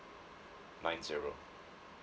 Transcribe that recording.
nine zero